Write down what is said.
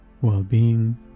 well-being